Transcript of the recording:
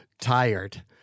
tired